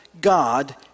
God